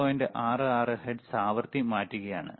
66 hertz ആവൃത്തി മാറ്റുകയാണ്